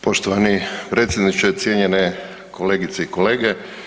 Poštovani predsjedniče, cijenjene kolegice i kolege.